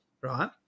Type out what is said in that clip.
right